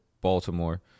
Baltimore